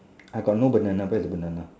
I got no banana where the banana